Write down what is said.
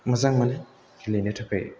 मोजां मोनो गेलेनो थाखाय